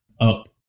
up